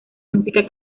música